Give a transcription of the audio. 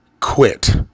quit